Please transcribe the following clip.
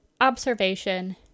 Observation